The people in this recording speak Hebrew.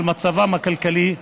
על מצבם הכלכלי.